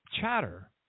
chatter